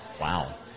Wow